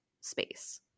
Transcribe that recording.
space